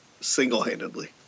single-handedly